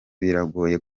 biragoye